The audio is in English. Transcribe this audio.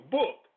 book